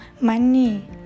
money